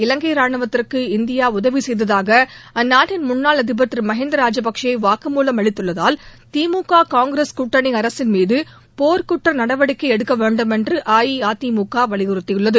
இவங்கை ரானுவத்திற்கு இந்தியா உதவி செய்ததாக அந்நாட்டின் முன்னாள் அதிபர் திரு மஹிந்த ராஜபக்சே வாக்குமூலம் அளித்துள்ளதால் திமுக காங்கிரஸ் கூட்டணி அரசின் மீது போர்க்குற்ற நடவடிக்கை எடுக்க வேண்டும் என்று அஇஅதிமுக வலியுறுத்தியுள்ளது